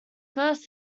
first